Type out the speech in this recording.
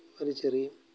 ഒരു ചെറിയ